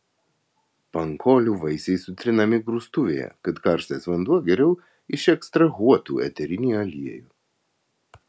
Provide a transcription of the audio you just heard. pankolių vaisiai sutrinami grūstuvėje kad karštas vanduo geriau išekstrahuotų eterinį aliejų